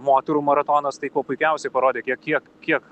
moterų maratonas tai kuo puikiausiai parodė kiek kiek kiek